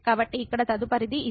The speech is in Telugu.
కాబట్టి ఇక్కడ తదుపరిది ఇదే